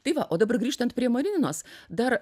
tai va o dabar grįžtant prie marininos dar